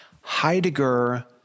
Heidegger